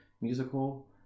musical